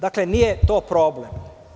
Dakle, nije to problem.